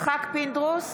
יצחק פינדרוס,